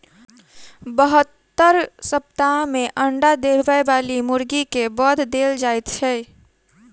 बहत्तर सप्ताह बाद अंडा देबय बाली मुर्गी के वध देल जाइत छै